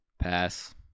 Pass